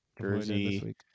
Jersey